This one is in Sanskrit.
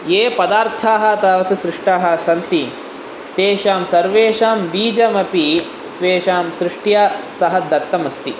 ये पदार्थाः तावत् सृष्टाः सन्ति तेषां सर्वेषां बीजमपि स्वेषां सृष्ट्या सः दत्तम् अस्ति